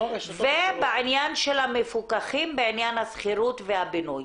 ובעניין של המפוקחים, בעניין השכירות והבינוי.